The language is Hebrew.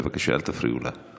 בבקשה, אל תפריעו לה.